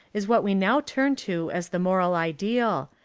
is what we now turn to as the moral ideal,